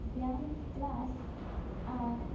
ᱵᱮᱭᱟᱢ ᱠᱞᱟᱥ ᱟᱨ